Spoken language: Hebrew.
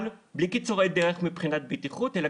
אבל בלי קיצורי דרך מבחינת בטיחות אלא